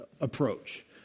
approach